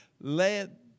let